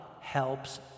helps